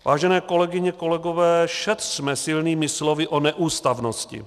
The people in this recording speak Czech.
Vážené kolegyně, kolegové, šetřme silnými slovy o neústavnosti.